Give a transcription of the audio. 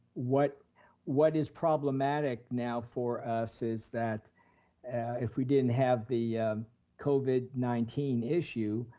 what what is problematic now for us is that if we didn't have the covid nineteen issue,